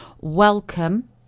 welcome